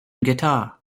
guitar